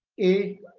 a,